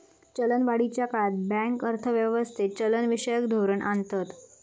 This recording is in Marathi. चलनवाढीच्या काळात बँक अर्थ व्यवस्थेत चलनविषयक धोरण आणतत